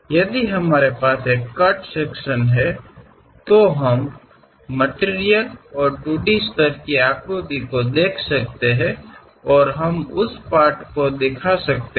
यदि हमारे पास एक कट सेक्शन है तो हम मटिरियल और 2 डी स्तर की आकृति को देख सकते हैं और हम उस पार्ट को दिखा सकते हैं